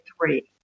three